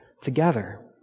together